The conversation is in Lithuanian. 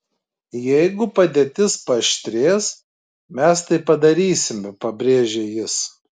jeigu padėtis paaštrės mes tai padarysime pabrėžė jis